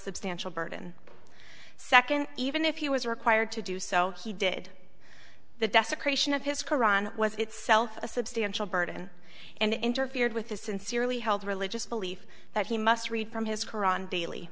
substantial burden second even if he was required to do so he did the desecration of his qur'an was itself a substantial burden and interfered with his sincerely held religious belief that he must read from his qur'an daily